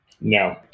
No